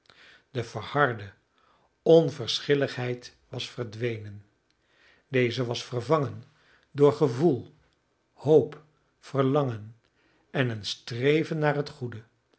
de verharde onverschilligheid was verdwenen deze was vervangen door gevoel hoop verlangen en een streven naar het